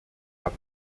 herr